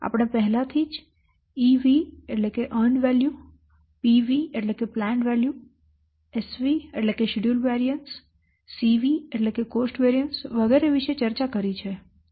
આપણે પહેલાથી જ EV earned value Earned Value PV planned value Planned Value SV schedule variance Schedule Variance CV cost variance Cost Variance વગેરે વિશે ચર્ચા કરી છે